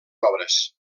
obres